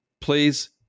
please